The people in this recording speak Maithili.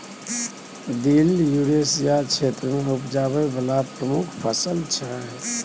दिल युरेसिया क्षेत्र मे उपजाबै बला प्रमुख फसल छै